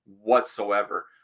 whatsoever